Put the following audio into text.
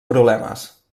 problemes